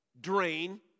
drain